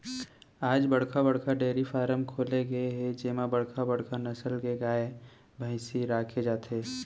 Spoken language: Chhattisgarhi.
आज बड़का बड़का डेयरी फारम खोले गे हे जेमा बड़का बड़का नसल के गाय, भइसी राखे जाथे